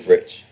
Rich